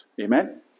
Amen